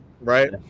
right